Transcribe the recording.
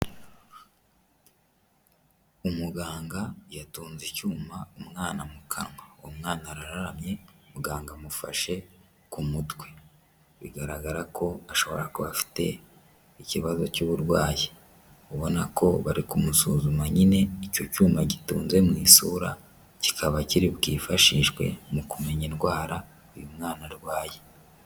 Umuganga yatunze icyuma umwana kanwa, umwana araramye muganga amufashe ku mutwe bigaragara ko ashobora kuba afite ikibazo cy'uburwayi ubona ko bari kumusuzuma nyine icyo cyuma gitunze mu isura, kikaba kiri bwifashishwe mu kumenya indwara uyu mwana arwaye.